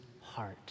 heart